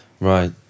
right